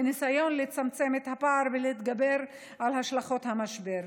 בניסיון לצמצם את הפער ולהתגבר על השלכות המשבר.